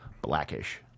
Blackish